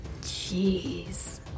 jeez